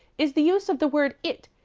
is the use of the word it,